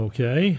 Okay